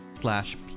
slash